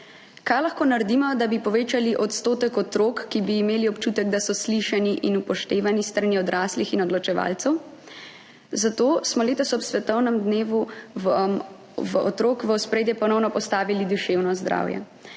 Kaj lahko naredimo, da bi povečali odstotek otrok, ki bi imeli občutek, da so slišani in upoštevani s strani odraslih in odločevalcev? Zato smo letos ob svetovnem dnevu otrok v ospredje ponovno postavili duševno zdravje.